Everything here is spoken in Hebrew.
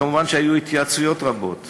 כמובן, היו התייעצויות רבות